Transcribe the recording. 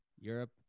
Europe